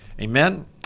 Amen